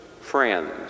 friends